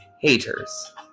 haters